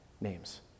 names